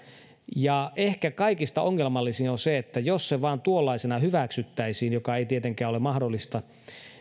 ja ehkä kaikista ongelmallisin on se että jos se vain tuollaisena hyväksyttäisiin mikä ei tietenkään ole mahdollista